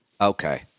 Okay